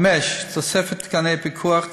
5. תוספת תקני פיקוח,